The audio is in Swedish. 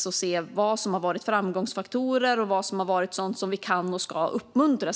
Så kan vi se vad som har varit framgångsfaktorer och vad som har varit sådant som vi kan och ska uppmuntra.